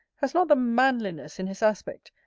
has not the manliness in his aspect,